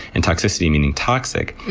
and toxicity meaning toxic.